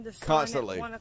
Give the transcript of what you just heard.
Constantly